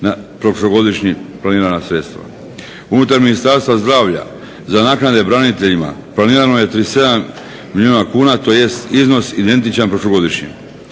prošlogodišnja planirana sredstva. Unutar Ministarstva zdravlja za naknade braniteljima planirano je 37 milijuna kuna tj. iznos identičan prošlogodišnjem.